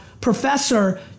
professor